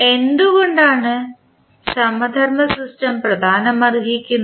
എന്തുകൊണ്ടാണ് സമധർമ്മ സിസ്റ്റം പ്രധാനമായിരിക്കുന്നത്